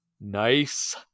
Nice